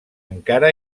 encara